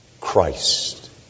Christ